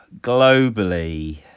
globally